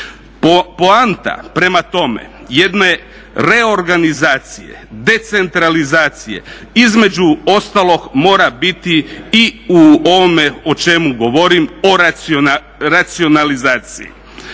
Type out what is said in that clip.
Poanta prema tome jedne reorganizacije, decentralizacije između ostalog mora biti i u ovome o čemu govorim o racionalizaciji.